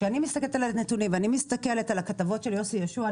כשאני מסתכלת על הנתונים ואני מסתכלת על הכתבות של יוסי יהושע,